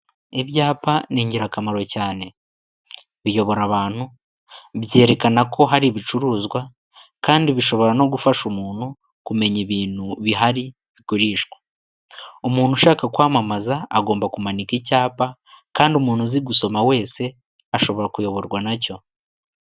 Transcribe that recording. Ibyapa ni ingirakamaro cyane, biyobora abantu, byerekana ko hari ibicuruzwa kandi bishobora no gufasha umuntu kumenya ibintu bihari bigurishwa. Umuntu ushaka kwamamaza agomba kumanika icyapa kandi umuntu uzi gusoma wese ashobora kuyoborwa na cyo.